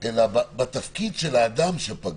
אלא בתפקיד של האדם שפגע.